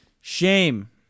Shame